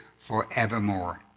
forevermore